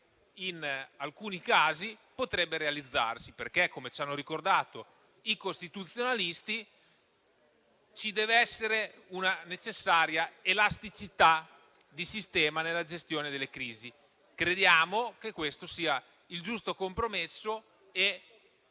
in alcuni casi potrebbe realizzarsi. Come ci hanno ricordato i costituzionalisti, infatti, dev'esserci una necessaria elasticità di sistema nella gestione delle crisi. Crediamo che questo sia il giusto compromesso e